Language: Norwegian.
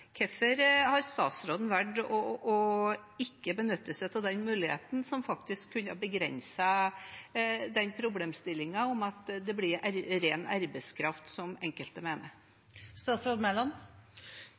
Hvorfor har statsråden valgt å ikke benytte seg av den muligheten, som faktisk kunne ha begrenset problemstillingen med at det blir ren arbeidskraft, slik enkelte mener?